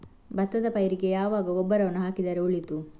ಭತ್ತದ ಪೈರಿಗೆ ಯಾವಾಗ ಗೊಬ್ಬರವನ್ನು ಹಾಕಿದರೆ ಒಳಿತು?